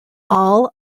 all